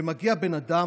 ומגיע בן אדם,